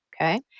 okay